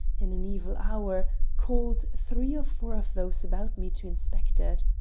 in an evil hour, called three or four of those about me to inspect it.